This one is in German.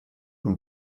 und